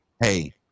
Hey